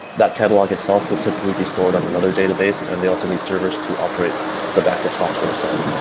that catalog itself would typically be stored on another database and they also need servers to operate the backup software itself.